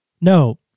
No